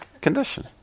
condition